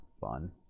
fun